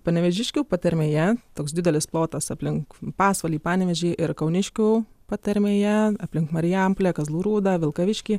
panevėžiškių patarmėje toks didelis plotas aplink pasvalį panevėžį ir kauniškių patarmėje aplink marijampolę kazlų rūdą vilkaviškį